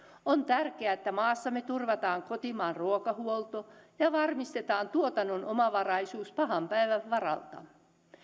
on tärkeää että maassamme turvataan kotimaan ruokahuolto ja varmistetaan tuotannon omavaraisuus pahan päivän varalta